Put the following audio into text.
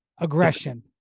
aggression